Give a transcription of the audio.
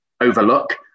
overlook